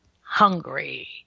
hungry